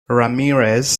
ramirez